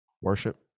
Worship